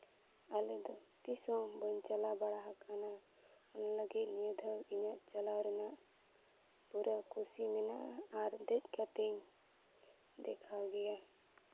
ᱟᱞᱮ ᱫᱚ ᱛᱤᱥ ᱦᱚᱸ ᱵᱟᱹᱧ ᱪᱟᱞᱟᱣ ᱵᱟᱲᱟ ᱟᱠᱟᱱᱟ ᱚᱱᱟ ᱞᱟᱹᱜᱤᱫ ᱱᱤᱭᱟᱹᱫᱷᱟᱣ ᱤᱧᱟᱹᱜ ᱪᱟᱞᱟᱣ ᱨᱮᱱᱟᱜ ᱯᱩᱨᱟᱹ ᱠᱩᱥᱤ ᱢᱮᱱᱟᱜᱼᱟ ᱟᱨ ᱫᱮᱡ ᱠᱟᱛᱮᱧ ᱫᱮᱠᱷᱟᱣ ᱜᱮᱭᱟ